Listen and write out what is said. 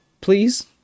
please